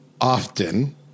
often